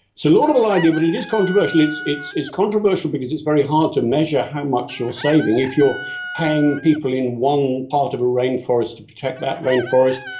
so laudable idea but it is controversial. it's it's controversial because it's very hard to measure how much you are saving. if you are paying people in one part of a rainforest to protect that rainforest,